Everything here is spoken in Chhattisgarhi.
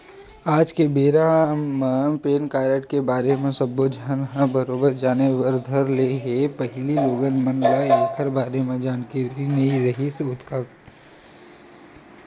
आज के बेरा म पेन कारड के बारे म सब्बो झन ह बरोबर जाने बर धर ले हे पहिली लोगन मन ल ऐखर बारे म जानकारी नइ रिहिस हे ओतका